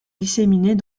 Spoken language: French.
disséminés